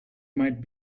might